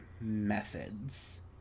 methods